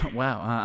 wow